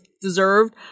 deserved